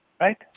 Right